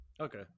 Okay